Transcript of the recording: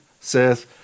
says